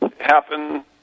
happen